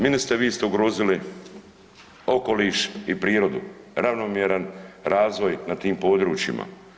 Ministre, vi ste ugrozili okoliš i prirodu, ravnomjeran razvoj na tim područjima.